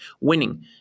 winning